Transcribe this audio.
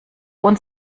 uns